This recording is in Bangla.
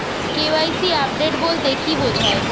কে.ওয়াই.সি আপডেট বলতে কি বোঝায়?